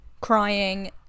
crying